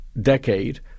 decade